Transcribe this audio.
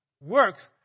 works